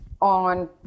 on